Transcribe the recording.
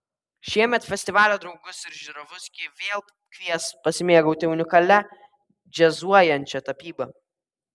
šiemet festivalio draugus ir žiūrovus ji vėl kvies pasimėgauti unikalia džiazuojančia tapyba